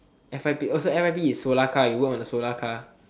f_y_p oh so f_y_p is solar car you work on the solar car